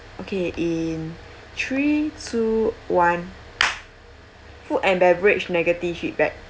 okay in three two one food and beverage negative feedback